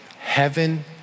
Heaven